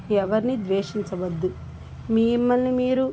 ఎవ్వరిని ద్వేషించవద్దు మిమ్మల్ని మీరు